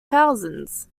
thousands